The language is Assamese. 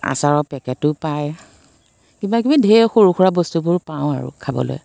আচাৰৰ পেকেটো পায় কিবা কিবি ঢেৰ সৰু সুৰা বস্তুবোৰ পাওঁ আৰু খাবলৈ